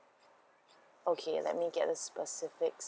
okay let me get a specific